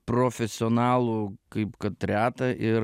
profesionalų kaip kad reta ir